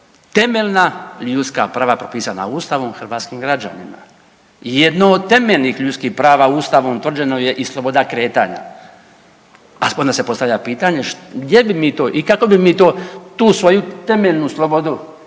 temeljna ljudska prava propisana Ustavom hrvatskim građanima. Jedno od temeljnih ljudskih prava Ustavom utvrđeno je i sloboda kretanja, a onda se postavlja pitanje gdje bi mi to i kako bi mi to tu svoju temeljnu slobodu kretanja,